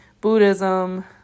Buddhism